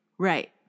Right